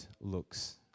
looks